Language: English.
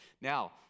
Now